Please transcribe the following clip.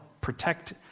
protect